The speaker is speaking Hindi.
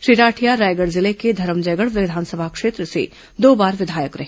श्री राठिया रायगढ़ जिले के धरमजयगढ़ विधानसभा क्षेत्र से दो बार विधायक रहे